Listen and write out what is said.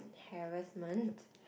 harassment